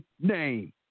name